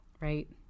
Right